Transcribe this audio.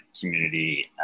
community